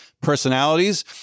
personalities